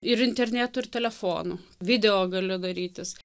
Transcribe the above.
ir internetu ir telefonu video gali darytis